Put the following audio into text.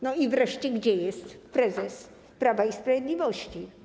No i wreszcie: Gdzie jest prezes Prawa i Sprawiedliwości?